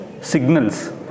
signals